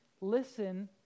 Listen